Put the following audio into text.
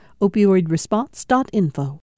Opioidresponse.info